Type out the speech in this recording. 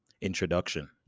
Introduction